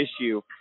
issue